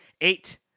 Eight